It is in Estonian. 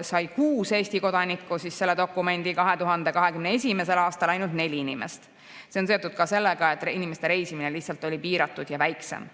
sai kuus Eesti kodanikku selle dokumendi, 2021. aastal ainult neli inimest. See on seotud ka sellega, et inimeste reisimine lihtsalt oli piiratud ja väiksem.